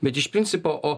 bet iš principo o